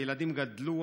הילדים גדלו,